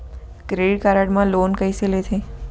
Credit card मा loan कइसे लेथे?